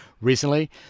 recently